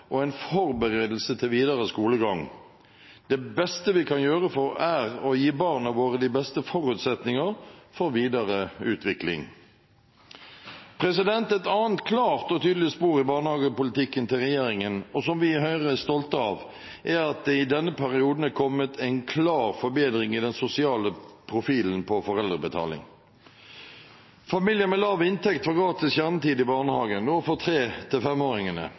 og en forberedelse til videre skolegang. Det beste vi kan gjøre, er å gi barna våre de beste forutsetninger for videre utvikling. Et annet klart og tydelig spor i barnehagepolitikken til regjeringen, og som vi i Høyre er stolte av, er at det i denne perioden er kommet en klar forbedring i den sosiale profilen for foreldrebetaling. Familier med lav inntekt får gratis kjernetid i barnehagen – nå for 3–5-åringene – og den inntektsbaserte graderingen av foreldrebetalingen bidrar ytterligere til